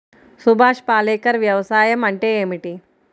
సుభాష్ పాలేకర్ వ్యవసాయం అంటే ఏమిటీ?